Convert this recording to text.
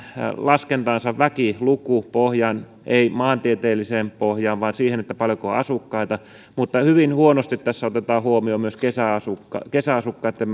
laskentansa väkilukupohjaan eivät maantieteelliseen pohjaan vaan siihen paljonko on asukkaita mutta hyvin huonosti tässä otetaan huomioon kesäasukkaitten kesäasukkaitten